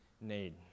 need